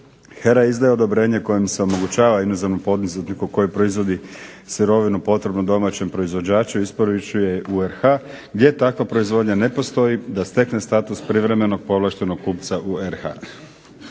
HERA izdaje odobrenje kojim se omogućava inozemnom korisniku koji proizvodi sirovinu potrebnu domaćem proizvođaču isporučuje u RH gdje takva proizvodnja ne postoji da stekne status privremenom povlaštenog kupca u RH.